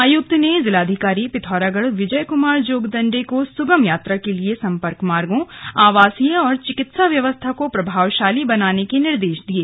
आयुक्त ने जिलाधिकारी पिथौरागढ़ विजय कुमार जोगदण्डे को सुगम यात्रा के लिए सम्पर्क मार्गों आवासीय और चिकित्सा व्यवस्था को प्रभावशाली बनाने के निर्देश दिये